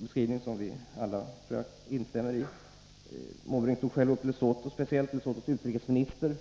Bertil Måbrink tog speciellt upp Lesotho. Lesothos utrikesminister